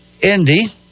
Indy